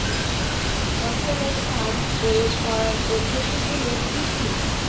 ফসলের সার প্রয়োগ করার পদ্ধতি গুলো কি কি?